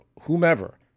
whomever